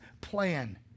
plan